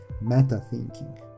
meta-thinking